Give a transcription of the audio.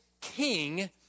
king